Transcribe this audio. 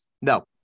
No